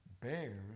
bears